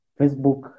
Facebook